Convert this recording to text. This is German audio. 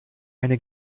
eine